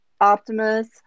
Optimus